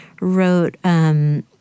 wrote—